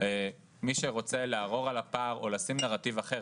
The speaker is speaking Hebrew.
מי שרוצה לערור על הפער או לשים נרטיב אחר,